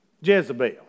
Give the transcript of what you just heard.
Jezebel